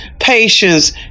Patience